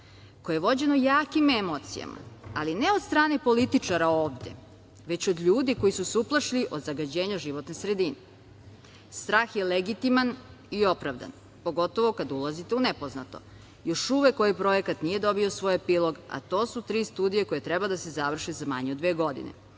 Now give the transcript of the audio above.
koje je vođeno jakim emocijama, ali ne od strane političara ovde, već od ljudi koji su se uplašili od zagađenja životne sredine. Strah je legitiman i opravdan, pogotovo kada ulazite u nepoznato. Još uvek ovaj projekat nije dobio svoj epilog, a to su tri studije koje treba da se završe za manje od dve godine.